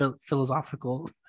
philosophical